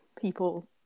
people